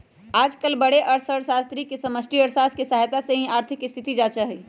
आजकल बडे अर्थशास्त्री भी समष्टि अर्थशास्त्र के सहायता से ही आर्थिक स्थिति जांचा हई